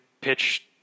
pitch